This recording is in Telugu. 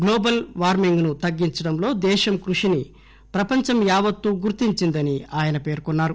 గ్లోబల్ వార్మింగ్ ను తగ్గించడంలో దేశం కృషిని ప్రపంచం యావత్తు గుర్తించిందని ఆయన పేర్కొన్నారు